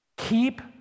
Keep